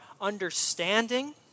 understanding